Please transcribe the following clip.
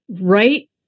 Right